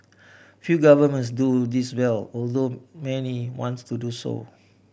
few governments do this well although many wants to do so